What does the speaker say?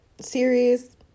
series